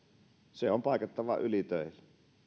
se on paikattava ylitöillä